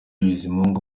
bizimungu